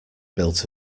built